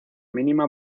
mínima